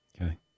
okay